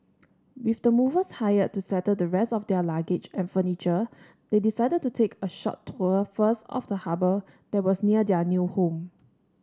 with the movers hired to settle the rest of their luggage and furniture they decided to take a short tour first of the harbour that was near their new home